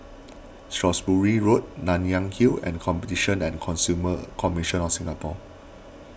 Shrewsbury Road Nanyang Hill and Competition and Consumer Commission of Singapore